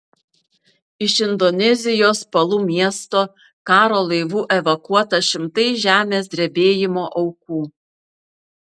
iš indonezijos palu miesto karo laivu evakuota šimtai žemės drebėjimo aukų